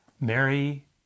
Mary